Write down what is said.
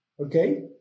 Okay